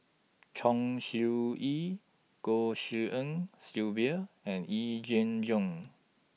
Chong Siew Ying Goh Tshin En Sylvia and Yee Jenn Jong